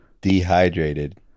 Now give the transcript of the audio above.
dehydrated